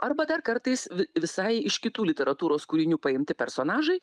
arba dar kartais vi visai iš kitų literatūros kūrinių paimti personažai